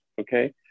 okay